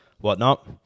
whatnot